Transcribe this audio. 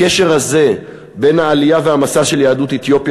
הקשר הזה בין העלייה והמסע של יהדות אתיופיה